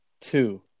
two